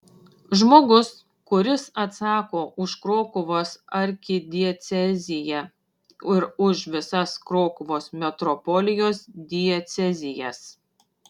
žmogus kuris atsako už krokuvos arkidieceziją ir už visas krokuvos metropolijos diecezijas